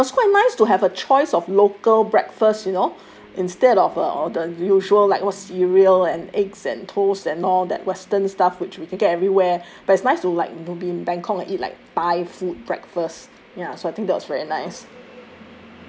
ya and was quite nice to have a choice of local breakfast you know instead of uh all the usual like [what] cereal and eggs and toasts and all that western stuff which we can get everywhere but it's nice to like we in bangkok and eat like thai food breakfast ya so I think that was very nice